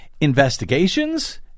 investigations